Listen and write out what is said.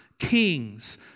Kings